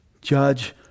judge